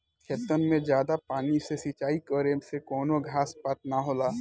खेतन मे जादा पानी से सिंचाई करे से कवनो घास पात ना होला